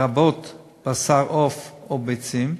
לרבות בשר עוף או ביצים,